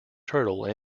turtle